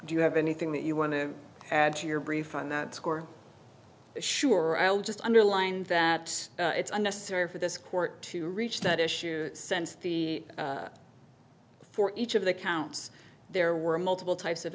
do you have anything that you want to add to your brief on that score sure i'll just underline that it's unnecessary for this court to reach that issue since the for each of the counts there were multiple types of